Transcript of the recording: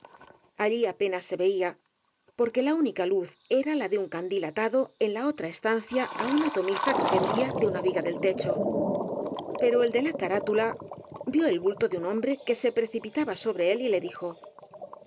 allí apenas se veía porque la única luz era la de un candil atado en la otra estancia á una tomiza que pendía de una viga del techo pero el de la carátula vió el bulto de un hombre que se precipitaba sobre él y le dijo